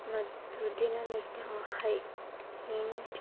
ಮತ್ತು ದಿನನಿತ್ಯ ಹೈ ಹಿಂಟ್